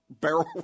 barrel